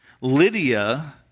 Lydia